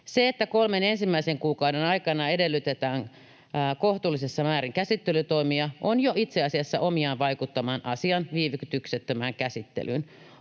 Se, että kolmen ensimmäisen kuukauden aikana edellytetään kohtuullisessa määrin käsittelytoimia, on jo itse asiassa omiaan vaikuttamaan asian viivytyksettömään käsittelyyn.